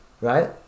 Right